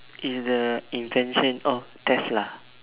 is the intention or test lah